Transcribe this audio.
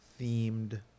themed